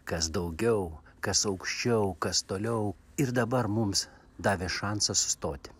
kas daugiau kas aukščiau kas toliau ir dabar mums davė šansą sustoti